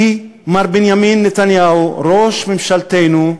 כי מר בנימין נתניהו, ראש ממשלתנו,